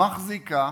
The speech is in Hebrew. מחזיקה.